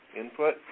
Input